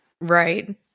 Right